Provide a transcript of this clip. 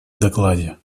докладе